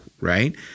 right